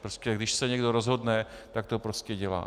Prostě když se někdo rozhodne, tak to prostě dělá.